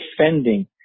defending